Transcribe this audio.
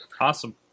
Awesome